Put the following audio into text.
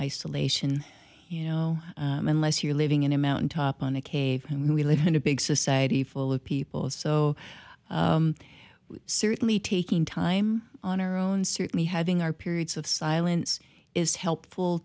isolation you know unless you're living in a mountaintop on a cave and we live in a big society full of people so certainly taking time on our own certainly having our periods of silence is helpful